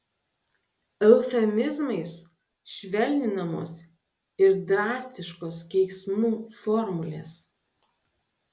eufemizmais švelninamos ir drastiškos keiksmų formulės